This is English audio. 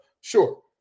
Sure